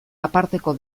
aparteko